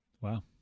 Wow